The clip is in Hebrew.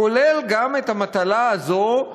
כולל המטלה הזאת,